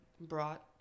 brought